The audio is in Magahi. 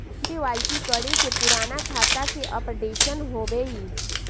के.वाई.सी करें से पुराने खाता के अपडेशन होवेई?